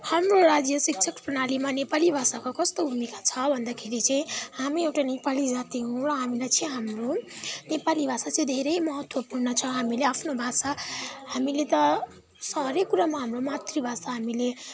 हाम्रो राज्य शिक्षाको प्रणालीमा नेपाली भाषाको कस्तो भूमिका छ भन्दाखेरि चाहिँ हामी एउटा नेपाली जाति हौ र हामीलाई चाहिँ हाम्रो नेपाली भाषा चाहिँ धेरै महत्त्वपूर्ण छ हामीले आफ्नो भाषा हामीले त हरेक कुरामा हाम्रो मातृभाषा हामीले